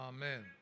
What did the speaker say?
Amen